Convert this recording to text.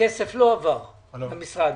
שהכסף לא עבר למשרד.